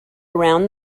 around